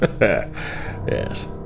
Yes